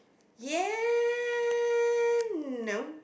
ya no